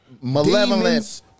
malevolent